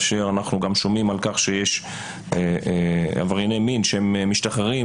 אנחנו גם שומעים על כך שיש עברייני מין שהם משתחררים